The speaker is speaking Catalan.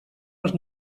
les